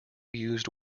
used